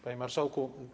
Panie Marszałku!